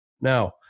Now